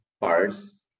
parts